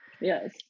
Yes